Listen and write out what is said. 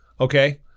Okay